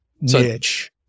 niche